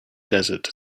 desert